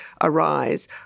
arise